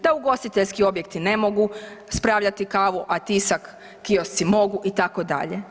Da ugostiteljski objekti ne mogu spravljati kavu, a Tisak kiosci mogu itd.